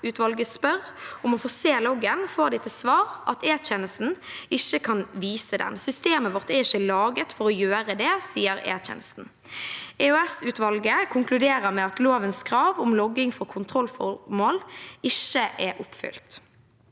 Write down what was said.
EOS-utvalget spør om å få se loggen, får de til svar at E-tjenesten ikke kan vise den – systemet vårt er ikke laget for å gjøre det, sier E-tjenesten. EOS-utvalget konkluderer med at «lovens krav om logging for kontrollformål ikke er oppfylt».